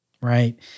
right